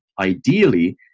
ideally